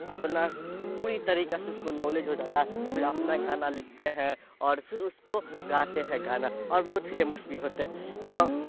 اپنا پوری طریقہ سے اس کو نالج ہو جاتا ہے پھر اپنا گانا لکھتے ہیں اور پھر اس کو گاتے ہیں گانا اور بہت فیمس بھی ہوتے ہیں تو